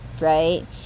right